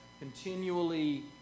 continually